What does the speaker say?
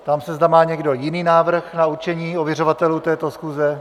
Ptám se, zda má někdo jiný návrh na určení ověřovatelů této schůze.